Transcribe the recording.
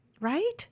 right